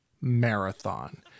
marathon